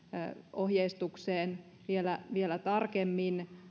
ohjeistukseen vielä vielä tarkemmin